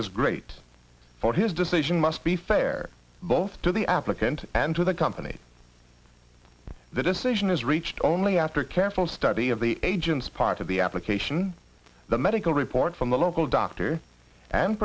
is great for his decision must be fair both to the applicant and to the company the decision is reached only after careful study of the agents part of the application the medical report from the local doctor and